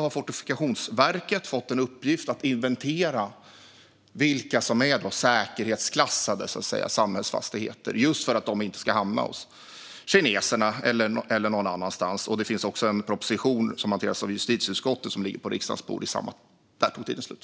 har Fortifikationsverket fått i uppgift att inventera vilka samhällsfastigheter som är säkerhetsklassade, just för att de inte ska hamna hos kineserna eller någon annanstans. Det finns också en proposition om detta som ligger på riksdagens bord och som hanteras av justitieutskottet.